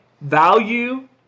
value